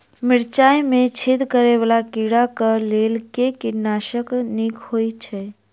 मिर्चाय मे छेद करै वला कीड़ा कऽ लेल केँ कीटनाशक नीक होइ छै?